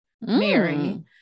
Mary